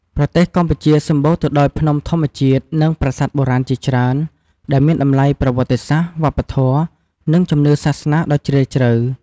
ប្រទេសកម្ពុជាសម្បូរទៅដោយភ្នំធម្មជាតិ និងប្រាសាទបុរាណជាច្រើន ដែលមានតម្លៃប្រវត្តិសាស្ត្រ វប្បធម៌ និងជំនឿសាសនាដ៏ជ្រាលជ្រៅ។